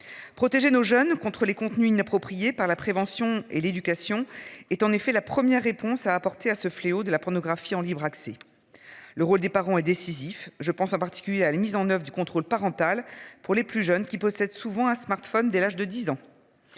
Protéger nos jeunes contre les contenus inappropriés par la prévention et l'éducation est en effet la première réponse à apporter à ce fléau de la pornographie en libre accès. Le rôle des parents et décisif. Je pense en particulier à la mise en oeuvre du contrôle parental pour les plus jeunes qui possèdent souvent un smartphone dès l'âge de 10 ans.